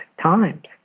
times